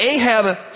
Ahab